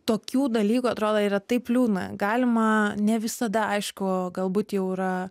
tokių dalykų atrodo yra taip liūdna galima ne visada aišku galbūt jau yra